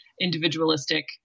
individualistic